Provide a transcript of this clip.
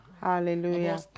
Hallelujah